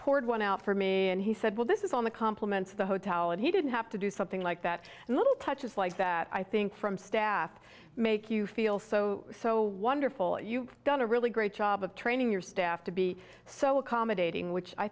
poured one out for me and he said well this is on the compliments of the hotel and he didn't have to do something like that and little touches like that i think from staff make you feel so so wonderful you've done a really great job of training your staff to be so accommodating which i